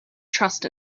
trust